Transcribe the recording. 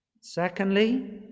Secondly